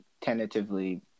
tentatively